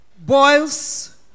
boils